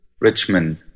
Richmond